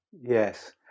Yes